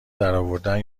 درآوردن